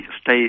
stay